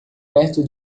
perto